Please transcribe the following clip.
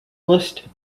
list